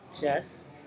Jess